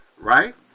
right